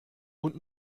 und